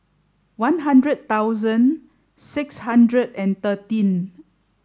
one hundred thousand six hundred and thirteen